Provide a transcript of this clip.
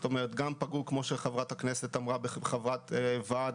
כלומר גם פגעו משמעותית בשכר של חברת ועד,